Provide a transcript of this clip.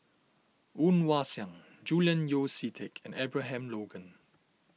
Woon Wah Siang Julian Yeo See Teck and Abraham Logan